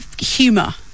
humour